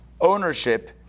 ownership